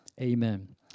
Amen